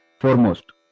Foremost